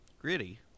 Gritty